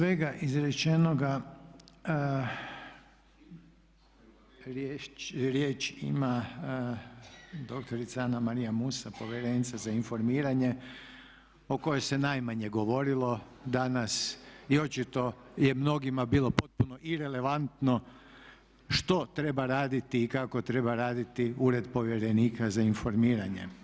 Nakon svega izrečenoga riječ ima doktorica Anamarija Musa povjerenica za informiranje o kojoj se najmanje govorilo danas i očito je mnogima je bilo potpuno irelevantno što treba raditi i kako treba raditi ured povjerenika za informiranje.